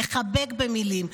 לחבק במילים,